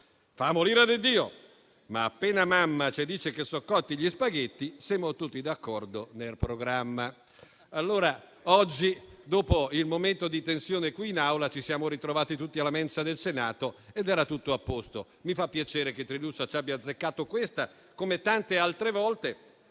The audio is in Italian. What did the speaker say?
Famo l'ira de Dio! Ma appena mamma ce dice che so' cotti li spaghetti semo tutti d'accordo ner programma». Oggi, dopo il momento di tensione qui in Aula, ci siamo ritrovati tutti alla mensa del Senato ed era tutto a posto. Mi fa piacere che Trilussa ci abbia azzeccato, questa, come tante altre volte.